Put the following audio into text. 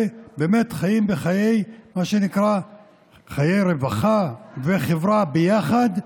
וחיים בחיי רווחה וחברה ביחד,